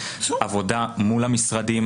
עבודה מול המשרדים,